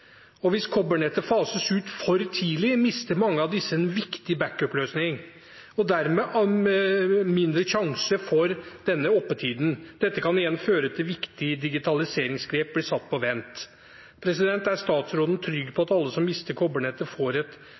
og hvis kobbernettet fases ut for tidlig, mister mange av disse en viktig backupløsning og får dermed mindre sjanse for denne oppetiden. Dette kan igjen føre til at viktige digitaliseringsgrep blir satt på vent. Er statsråden trygg på at alle som mister kobbernettet, får et